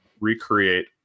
recreate